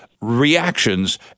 reactions